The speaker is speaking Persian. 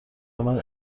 روند